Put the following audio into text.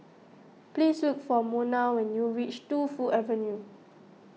please look for Monna when you reach Tu Fu Avenue